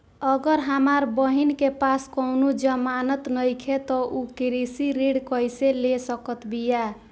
अगर हमार बहिन के पास कउनों जमानत नइखें त उ कृषि ऋण कइसे ले सकत बिया?